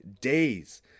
days